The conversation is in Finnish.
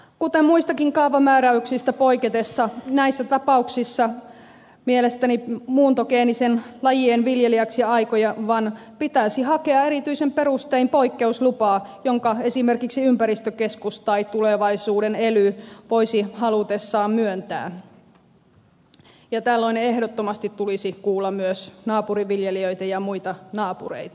kuten muistakin kaavamääräyksistä poikettaessa näissä tapauksissa mielestäni muuntogeenisten lajien viljelijäksi aikovan pitäisi hakea erityisin perustein poikkeuslupaa jonka esimerkiksi ympäristökeskus tai tulevaisuuden ely voisi halutessaan myöntää ja tällöin ehdottomasti tulisi kuulla myös naapuriviljelijöitä ja muita naapureita